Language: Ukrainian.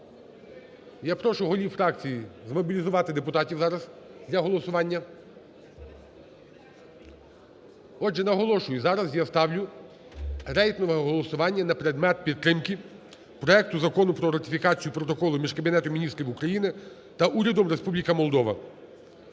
Я прошу голів фракцій змобілізувати депутатів зараз для голосування. Отже, наголошую, зараз я ставлю рейтингове голосування на предмет підтримки проекту Закону про ратифікацію Протоколу між Кабінетом Міністрів України та Урядом Республіки Молдова.